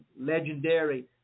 legendary